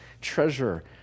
treasure